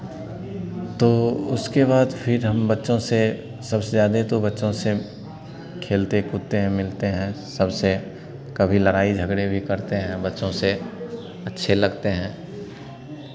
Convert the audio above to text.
तो उसके बाद फिर हम बच्चों से सबसे ज़्यादे तो बच्चों से खेलते कूदते हैं मिलते हैं सबसे कभी लड़ाई झगड़े भी करते हैं बच्चों से अच्छे लगते हैं